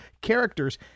characters